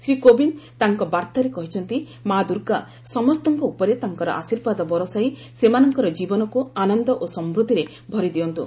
ଶ୍ରୀ କୋବିନ୍ଦ ତାଙ୍କ ବାର୍ତ୍ତାରେ କହିଛନ୍ତି ମା' ଦୁର୍ଗା ସମସ୍ତଙ୍କ ଉପରେ ତାଙ୍କର ଆଶୀର୍ବାଦ ବରଷାଇ ସେମାନଙ୍କର ଜୀବନକୁ ଆନନ୍ଦ ଓ ସମୂଦ୍ଧିରେ ଭରିଦିଅନ୍ତୁ